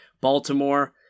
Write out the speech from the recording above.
Baltimore